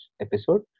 episode